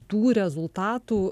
tų rezultatų